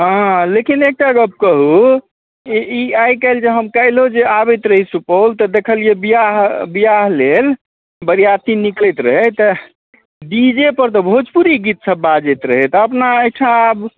हँ लेकिन एकटा गप कहू ई आइकाल्हि जे हम काल्हिओ जे आबैत रही सुपौल तऽ देखलिए बिआह लेल बरिआती निकलैत रहै तऽ डीजेपर तऽ भोजपुरी गीत सब बाजैत रहै तब ने एहिठाम